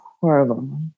horrible